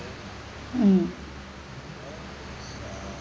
um